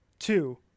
two